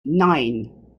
nine